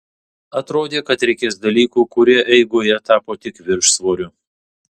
atrodė kad reikės dalykų kurie eigoje tapo tik viršsvoriu